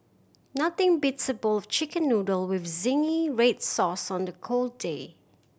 nothing beats a bowl of Chicken Noodle with zingy red sauce on a cold day